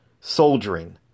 Soldiering